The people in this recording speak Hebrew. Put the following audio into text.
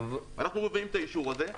אנחנו מביאים את האישור הזה,